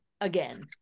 again